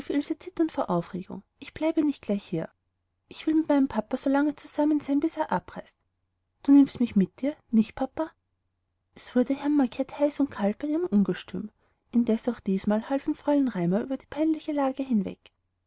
zitternd vor aufregung ich bleibe nicht gleich hier ich will mit meinem papa so lange zusammen sein bis er abreist du nimmst mich mit dir nicht papa es wurde herrn macket heiß und kalt bei ihrem ungestüm indes auch diesmal half ihm fräulein raimar über die peinliche lage hinweg